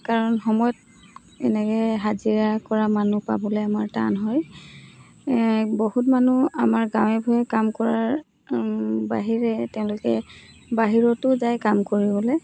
কাৰণ সময়ত এনেকৈ হাজিৰা কৰা মানুহ পাবলৈ আমাৰ টান হয় বহুত মানুহ আমাৰ গাঁৱে ভূঞে কাম কৰাৰ বাহিৰে তেওঁলোকে বাহিৰতো যায় কাম কৰিবলৈ